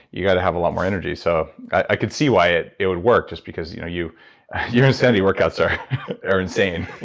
you've got to have a lot more energy. so i can see why it it would work, just because you know your insanity workouts are are insane!